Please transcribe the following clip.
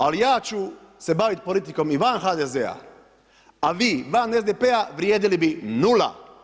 Ali ja ću se baviti politikom i van HDZ-a a vi van SDP-a vrijedili bi nula.